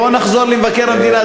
בואו נחזור למבקר המדינה.